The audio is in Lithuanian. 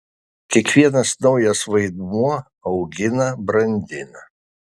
kiekvienas naujas vaidmuo augina brandina